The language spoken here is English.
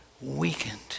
weakened